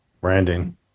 Branding